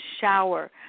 shower